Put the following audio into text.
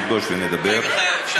אלו הבנות שצריך להגיע אליהן לפני.